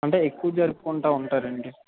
అంటే ఎక్కువ జరుపుకుంటా ఉంటారండి